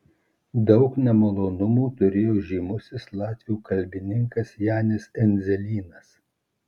daug nemalonumų turėjo žymusis latvių kalbininkas janis endzelynas